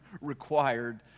required